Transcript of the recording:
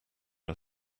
are